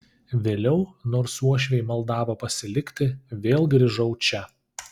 vėliau nors uošviai maldavo pasilikti vėl grįžau čia